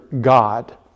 God